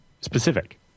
specific